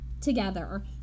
together